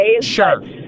Sure